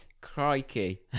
Crikey